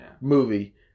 movie